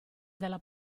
dalla